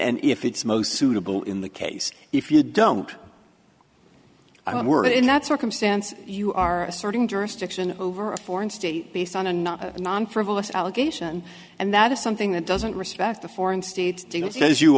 and if it's most suitable in the case if you don't i'm worried in that circumstance you are asserting jurisdiction over a foreign state based on a not a non frivolous allegation and that is something that doesn't respect the foreign state as you